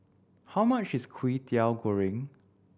how much is Kwetiau Goreng